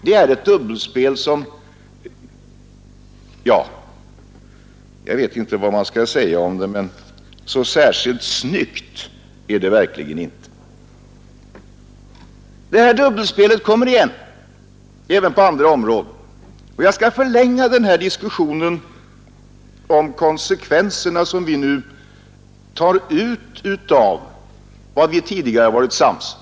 Det är ett dubbelspel som verkligen inte är särskilt snyggt. Det dubbelspelet kommer igen även på andra områden, och jag skall säga något om konsekvenserna som vi nu tar ut av vad vi tidigare varit överens om.